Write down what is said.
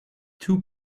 two